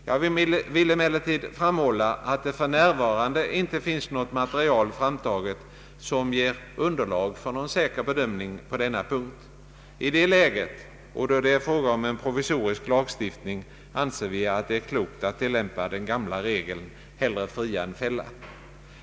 Jag vill emellertid framhålla att det för närvarande inte finns något material framtaget som ger underlag för någon säker bedömning på denna punkt. I det läget och då det är fråga om en provisorisk lagstiftning anser vi att det är klokt att tillämpa den gamla regeln ”hellre fria än fälla”.